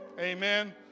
Amen